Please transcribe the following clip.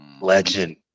Legend